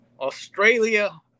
Australia